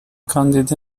کاندید